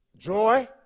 Joy